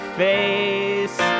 face